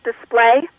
display